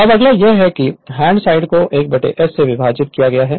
अब अगला यह है कि इस हैंड साइड को s से विभाजित किया गया है